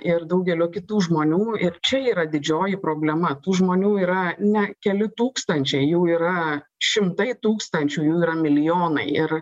ir daugelio kitų žmonių ir čia yra didžioji problema tų žmonių yra ne keli tūkstančiai jų yra šimtai tūkstančių jų yra milijonai ir